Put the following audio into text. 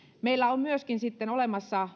meillä on myöskin olemassa